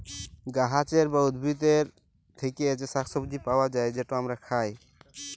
গাহাচের বা উদ্ভিদের থ্যাকে যে শাক সবজি পাউয়া যায়, যেট আমরা খায়